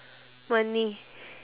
money